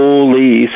Holy